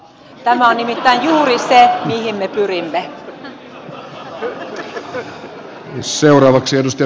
tämä on nimittäin juuri se mihin me pyrimme